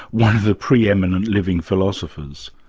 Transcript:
one of the pre-eminent living philosophers.